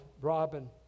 Robin